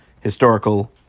historical